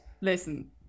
listen